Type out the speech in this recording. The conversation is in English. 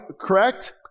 correct